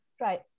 Right